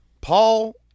Paul